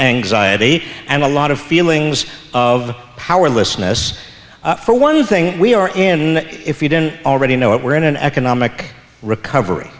anxiety and a lot of feelings of powerlessness for one thing we are in if you didn't already know it we're in an economic recovery